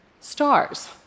stars